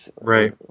Right